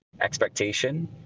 expectation